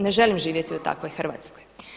Ne želim živjeti u takvoj Hrvatskoj.